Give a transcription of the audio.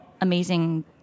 amazing